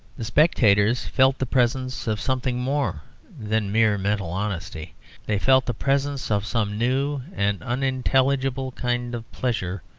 the spectators felt the presence of something more than mere mental honesty they felt the presence of some new and unintelligible kind of pleasure,